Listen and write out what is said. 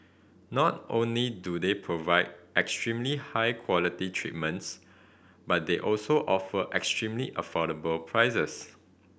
not only do they provide extremely high quality treatments but they also offer extremely affordable prices